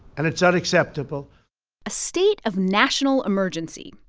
and it's unacceptable a state of national emergency.